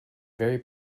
very